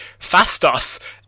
Fastos